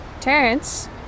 Terrence